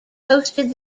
hosted